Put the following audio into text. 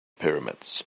pyramids